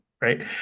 Right